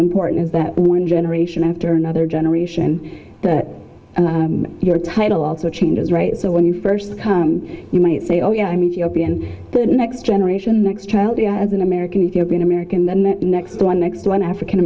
important is that one generation after another generation but your title also changes right so when you first come you might say oh yeah i mean g o p and the next generation next child the as an american if you're going american then the next one next one african